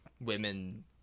women